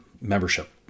membership